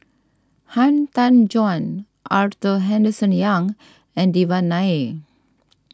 Han Tan Juan Arthur Henderson Young and Devan Nair